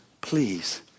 please